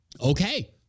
Okay